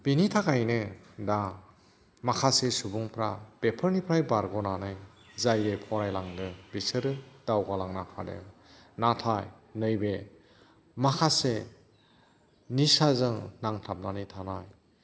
बिनि थाखायनो दा माखासे सुबुंफ्रा बेफोरनिफ्राय बारग'नानै जाय जाय फरायलांदों बिसोरो दावगालांनो हादों नाथाय नैबे माखासे निसाजों नांथाबनानै थानाय